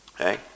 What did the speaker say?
okay